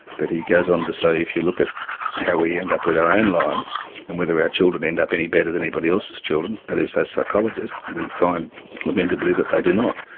but he goes on to say if you look at how we end up with our own lives and whether our children end up any better than anybody else's children, that is as psychologists we find lamentably that they do not.